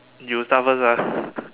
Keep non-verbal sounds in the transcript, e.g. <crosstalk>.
you start first ah <laughs>